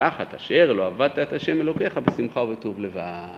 אך את אשר לא עבדת את ה' אלוקך בשמחה וטוב לבב